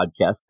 podcast